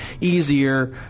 easier